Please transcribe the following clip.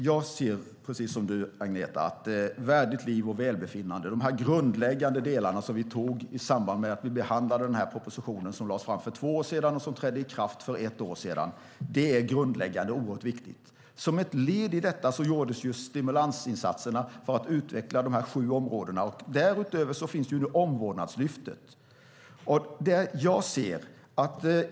Fru talman! Precis som Agneta Luttropp ser också jag att ett värdigt liv och även välbefinnande - delar som vi antog i samband med att vi behandlade den proposition som lades fram för två år sedan och där besluten trädde i kraft för ett år sedan - är grundläggande och någonting som är oerhört viktigt. Som ett led i detta gjordes stimulansinsatser för att utveckla de sju områdena. Därutöver finns Omvårdnadslyftet.